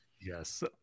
yes